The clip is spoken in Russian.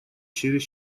через